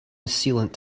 sealant